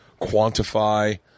quantify